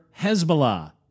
Hezbollah